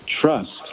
trust